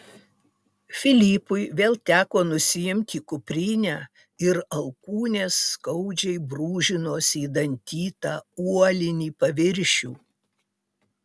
filipui vėl teko nusiimti kuprinę ir alkūnės skaudžiai brūžinosi į dantytą uolinį paviršių